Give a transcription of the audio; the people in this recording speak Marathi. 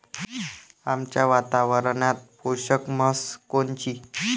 आमच्या वातावरनात पोषक म्हस कोनची?